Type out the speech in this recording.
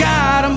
God